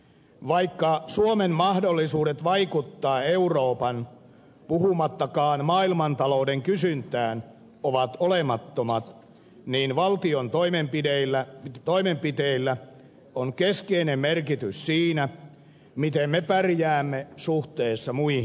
vaikka suomen mahdollisuudet vaikuttaa euroopan puhumattakaan maailmantalouden kysyntään ovat olemattomat niin valtion toimenpiteillä on keskeinen merkitys siinä miten me pärjäämme suhteessa muihin maihin